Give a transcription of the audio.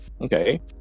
okay